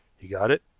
he got it,